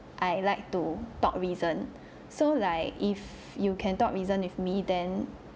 I like to talk reason so like if you can talk reason with me then